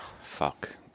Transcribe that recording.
fuck